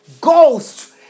ghost